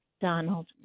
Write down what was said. Donald